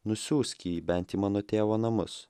nusiųsk jį bent į mano tėvo namus